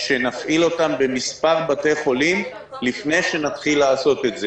שנפעיל אותם במספר בתי חולים לפני שנתחיל לעשות את זה.